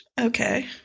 Okay